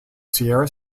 sierra